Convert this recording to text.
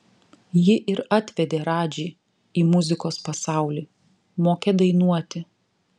ji ir atvedė radžį į muzikos pasaulį mokė dainuoti